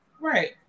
Right